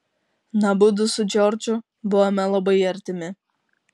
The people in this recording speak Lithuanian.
na mudu su džordžu buvome labai artimi